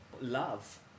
love